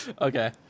Okay